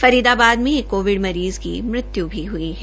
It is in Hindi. फरीदाबाद में एक कोविड मरीज़ की मृत्य् भी हई है